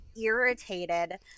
irritated